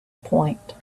point